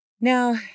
now